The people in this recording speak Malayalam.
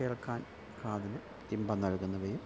കേൾക്കാൻ കാതിൽ ഇമ്പം നല്കുന്നവയും ആണ്